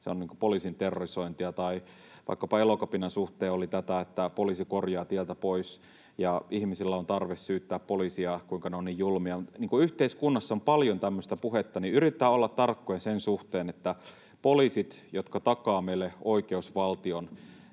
se on poliisin terrorisointia. Tai vaikkapa Elokapinan suhteen oli tätä, että poliisi korjaa tieltä pois, ja ihmisillä on tarve syyttää poliisia, kuinka he ovat niin julmia. Kun yhteiskunnassa on paljon tämmöistä puhetta, niin yritetään olla tarkkoja sen suhteen, että kun poliisit takaavat meille oikeusvaltion